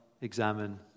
examine